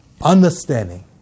Understanding